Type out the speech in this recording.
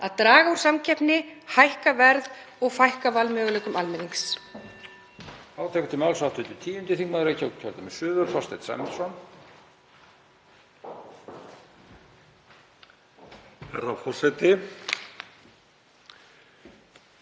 að draga úr samkeppni, hækka verð og fækka valmöguleikum almennings?